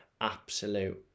absolute